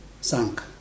sunk